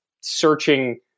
searching